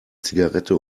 zigarette